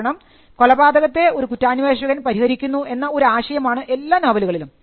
കാരണം കൊലപാതകത്തെ ഒരു കുറ്റാന്വേഷകൻ പരിഹരിക്കുന്നു എന്ന ഒരു ആശയമാണ് എല്ലാ നോവലുകളിലും